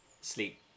sleep